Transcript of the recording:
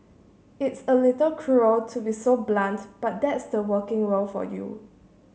it's a little cruel to be so blunt but that's the working world for you